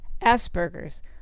Asperger's